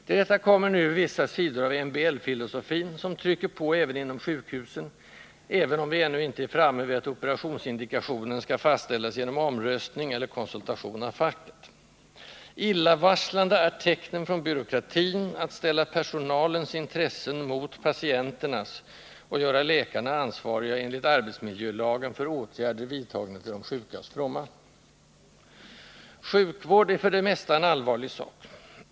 Till detta kommer nu vissa sidor av MBL-filosofin, som trycker på även inom sjukhusen, även om vi ännu inte är framme vid att operationsindikationen skall fastställas genom omröstning eller efter konsultation av facket. Illavarslande är tecknen från byråkratin att ställa personalens intressen mot patienternas och göra läkarna ansvariga enligt arbetsmiljölagen för åtgärder vidtagna till de sjukas fromma. Sjukvård är för det mesta en allvarlig sak.